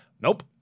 Nope